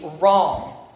wrong